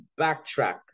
backtrack